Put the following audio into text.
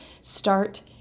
start